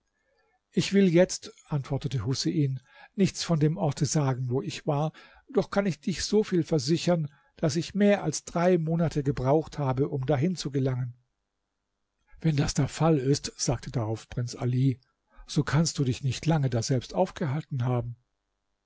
ich will jetzt antwortete husein nichts von dem orte sagen wo ich war doch kann ich dich so viel versichern daß ich mehr als drei monate gebraucht habe um dahin zu gelangen wenn das der fall ist sagte darauf der prinz ali so kannst du dich nicht lange daselbst aufgehalten haben